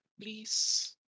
please